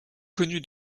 connue